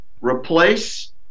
replace